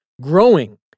growing